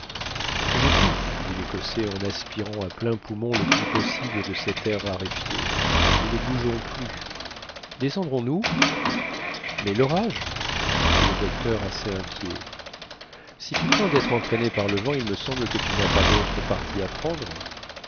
j'étouffe dit lécossais en aspirant à pleins poumons le plus possible de cet air raréfié nous ne bougeons plus descendrons nous mais l'orage fit le docteur assez inquiet si tu crains d'être entraîné par le vent il me semble que tu n'as pas d'autre parti à prendre